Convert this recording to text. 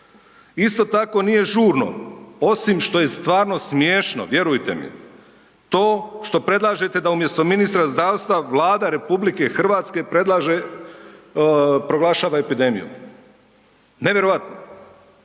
Isto tako nije žurno osim što je stvarno smiješno, vjerujte mi, to što predlažete da umjesto ministra zdravstva Vlada RH predlaže, proglašava epidemiju. Nevjerojatno.